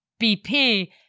BP